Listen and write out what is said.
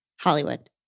Hollywood